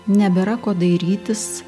nebėra ko dairytis